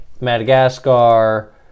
Madagascar